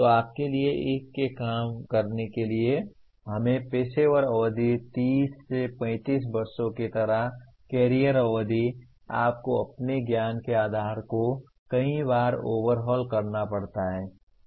तो आपके लिए एक के काम करने के लिए हमें पेशेवर अवधि 30 35 वर्षों की तरह कैरियर अवधि आपको अपने ज्ञान के आधार को कई बार ओवरहल करना पड़ सकता है